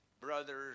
brothers